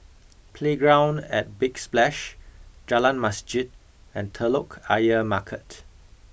playground at Big Splash Jalan Masjid and Telok Ayer Market